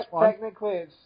technically